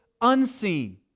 unseen